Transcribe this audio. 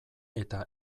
eta